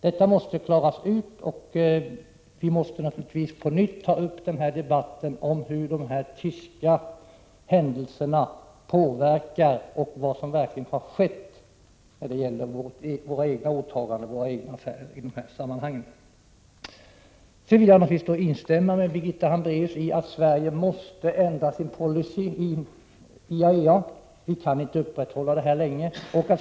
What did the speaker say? Detta måste klaras ut, och vi måste naturligtvis på nytt ta upp denna debatt om hur dessa händelser i Tyskland påverkar våra egna åtaganden och våra egna affärer i dessa sammanhang. Sedan vill jag instämma när Birgitta Hambraeus säger att Sverige måste ändra sin policy i IAEA. Vi kan inte upprätthålla denna ordning längre.